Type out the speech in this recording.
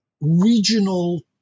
regional